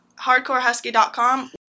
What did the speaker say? hardcorehusky.com